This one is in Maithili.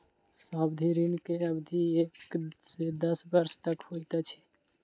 सावधि ऋण के अवधि एक से दस वर्ष तक होइत अछि